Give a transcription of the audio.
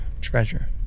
treasure